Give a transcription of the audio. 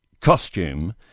costume